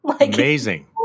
Amazing